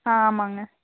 ஆ ஆமாங்க